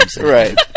Right